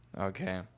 Okay